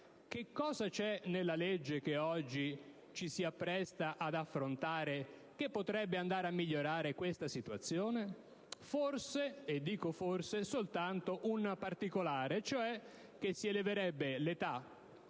Cosa c'è nella legge che oggi ci apprestiamo ad affrontare che potrebbe migliorare questa situazione? Forse, e dico forse, soltanto un particolare: si eleverebbe l'età